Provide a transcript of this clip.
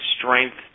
strength